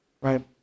right